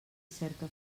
cerca